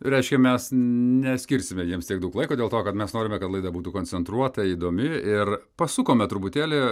reiškia mes neskirsime jiems tiek daug laiko dėl to kad mes norime kad laida būtų koncentruota įdomi ir pasukome truputėlį